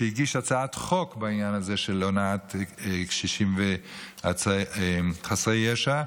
שהגיש הצעת חוק בעניין הזה של הונאת קשישים וחסרי ישע,